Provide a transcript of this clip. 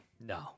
No